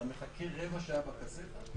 זה מחכה רבע שעה בקסטה,